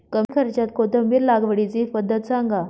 कमी खर्च्यात कोथिंबिर लागवडीची पद्धत सांगा